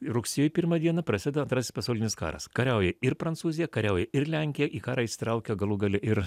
rugsėjo pirmą dieną prasideda antrasis pasaulinis karas kariauja ir prancūzija kariauja ir lenkija į karą įsitraukia galų gale ir